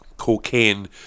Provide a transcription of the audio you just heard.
...cocaine